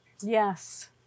Yes